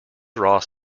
ross